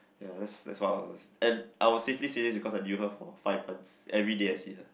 ya that's that's what I want to say and I would safely say this because I knew her for five months everyday I see her